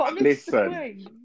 Listen